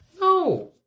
No